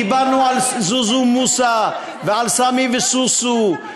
דיברנו על זוזו מוסא ועל "סמי וסוסו".